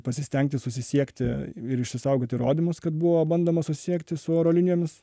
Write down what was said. pasistengti susisiekti ir išsisaugot įrodymus kad buvo bandoma susisiekti su oro linijomis